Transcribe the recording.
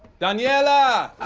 daniella!